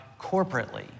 corporately